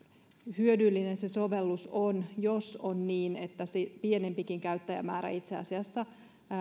hyödyllinen sovellus on jos on niin että se pienempikin käyttäjämäärä itse asiassa